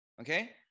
okay